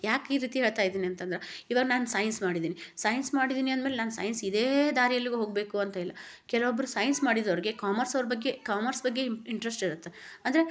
ಯಾಕೆ ಈ ರೀತಿ ಹೇಳ್ತಾಯಿದ್ದೀನಿ ಅಂತಂದ್ರೆ ಇವಾಗ ನಾನು ಸೈನ್ಸ್ ಮಾಡಿದ್ದೀನಿ ಸೈನ್ಸ್ ಮಾಡಿದ್ದೀನಿ ಅಂದ್ಮೇಲ್ ನಾನು ಸೈನ್ಸ್ ಇದೇ ದಾರಿ ಎಲ್ಲಿಗೊ ಹೋಗಬೇಕಂತಿಲ್ಲ ಕೆಲೊಬ್ಬರು ಸೈನ್ಸ್ ಮಾಡಿದೋರಿಗೆ ಕಾಮರ್ಸ್ ಅವ್ರ ಬಗ್ಗೆ ಕಾಮರ್ಸ್ ಬಗ್ಗೆ ಇಂಟ್ರಸ್ಟ್ ಇರತ್ತೆ ಅಂದರೆ